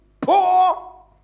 poor